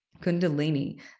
Kundalini